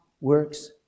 works